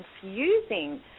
confusing